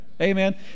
amen